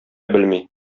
белми